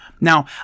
Now